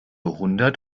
hundert